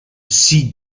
she